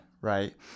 right